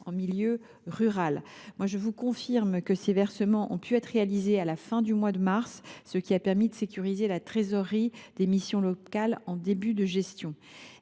le sénateur, je vous confirme que ces versements ont pu être réalisés à la fin du mois de mars, ce qui a permis de sécuriser la trésorerie des missions locales en début de gestion.